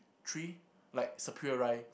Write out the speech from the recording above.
three like superia